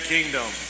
Kingdom